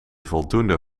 voldoende